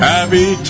Happy